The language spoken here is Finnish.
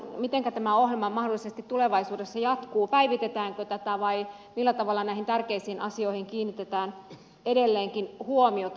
mitenkä tämä ohjelma mahdollisesti tulevaisuudessa jatkuu päivitetäänkö tätä vai millä tavalla näihin tärkeisiin asioihin kiinnitetään edelleenkin huomiota